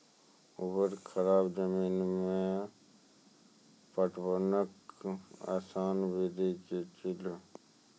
ऊवर खाबड़ जमीन मे पटवनक आसान विधि की ऐछि?